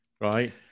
right